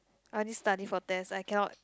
I only study for test I cannot